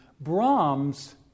Brahms